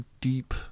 deep